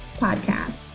podcast